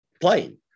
playing